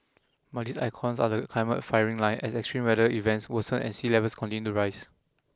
but these icons are the climate firing line as extreme weather events worsen and sea levels continue to rise